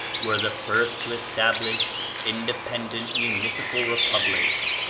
were the first to establish independent municipal republics,